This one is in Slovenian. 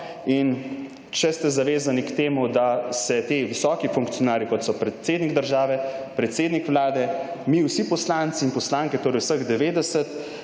in če ste zavezani k temu, da se ti visoki funkcionarji, kot so predsednik države, predsednik vlade, mi vsi poslanci in poslanke, torej vseh 90,